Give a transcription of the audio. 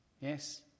Yes